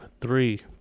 three